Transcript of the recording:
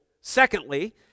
secondly